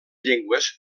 llengües